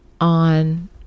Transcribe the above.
on